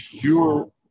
pure